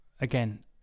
again